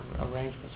arrangements